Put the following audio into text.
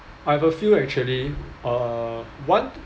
I've a few actually uh one